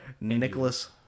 Nicholas